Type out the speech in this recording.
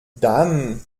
dame